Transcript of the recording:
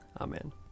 Amen